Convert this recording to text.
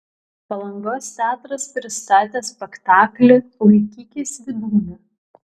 palangos teatras pristatė spektaklį laikykis vydūne